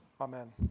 Amen